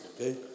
okay